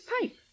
pipe